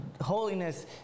Holiness